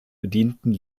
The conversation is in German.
bedienten